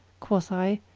quoth i,